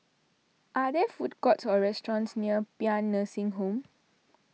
are there food courts or restaurants near Paean Nursing Home